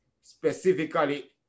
specifically